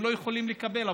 והם לא יכולים לקבל.